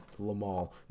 Lamal